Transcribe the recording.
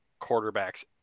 quarterbacks